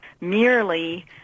merely